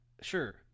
sure